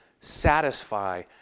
satisfy